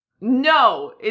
No